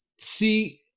See